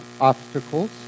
obstacles